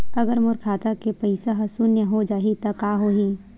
अगर मोर खाता के पईसा ह शून्य हो जाही त का होही?